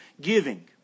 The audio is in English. giving